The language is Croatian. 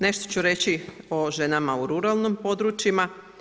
Nešto ću reći o ženama u ruralnim područjima.